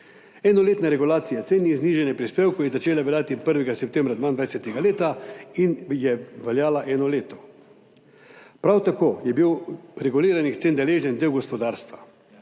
Enoletna regulacija cen in znižanje prispevkov je začelo veljati 1. septembra leta 2022 in je veljalo eno leto. Prav tako je bil reguliranih cen deležen del gospodarstva.